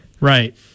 Right